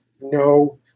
No